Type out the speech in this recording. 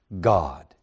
God